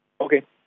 Okay